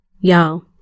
Y'all